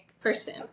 person